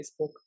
Facebook